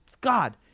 God